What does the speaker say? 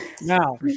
Now